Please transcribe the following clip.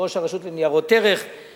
יושב-ראש הרשות לניירות ערך,